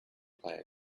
player